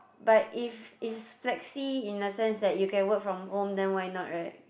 but if if flexi in the sense that you can work from home then why not right